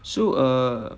so err